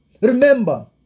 Remember